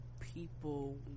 people